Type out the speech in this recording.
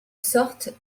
sorte